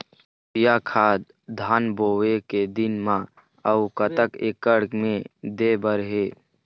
Urea खाद धान बोवे के दिन म अऊ कतक एकड़ मे दे बर हे?